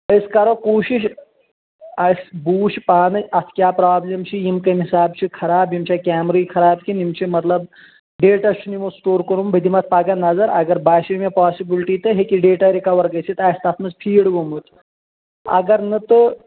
أسۍ کرو کوٗشش اسہِ بہٕ وٕچھِ پانے اتھ کیاہ پرابلم چھِ یم کمہِ حسابہٕ چھ ِخراب یمِ چھا کیمرٕے خراب کِنہٕ یِم چھِ مطلب ڈیٹا چُھنٕہ یِمو سٹور کوٚرمُت بہٕ دِمہٕ اتھ پگہہ نظر اگر باسیو مےٚ پاسبلٹی تہٕ ہیٚکہِ ڈیٹا رِکَور گٔژھتھ آسہِ تتھ منٛز فیٖڈ گوٚمُت اگر نہٕ تہٕ